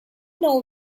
know